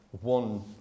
one